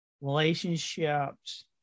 relationships